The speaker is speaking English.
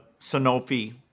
Sanofi